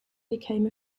became